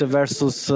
versus